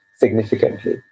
significantly